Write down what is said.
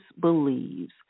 believes